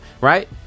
Right